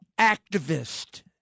activist